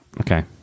Okay